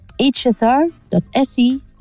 hsr.se